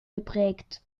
geprägt